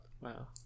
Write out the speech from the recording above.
Wow